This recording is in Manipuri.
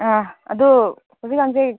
ꯑꯥ ꯑꯗꯨ ꯍꯧꯖꯤꯛꯀꯥꯟꯁꯤ